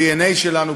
בדנ"א שלנו,